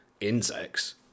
Insects